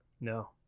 No